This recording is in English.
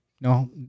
no